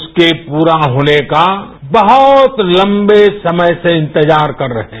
उसके प्ररा होने का बहुत लंबे समय से इंतजार कर रहे हैं